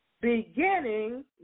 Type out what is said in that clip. beginning